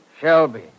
Shelby